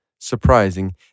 surprising